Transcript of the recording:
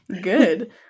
Good